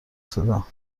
صدا